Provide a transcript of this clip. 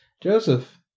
Joseph